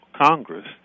Congress